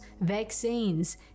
vaccines